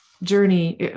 journey